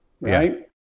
right